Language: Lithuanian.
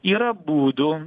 yra būdų